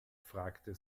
fragte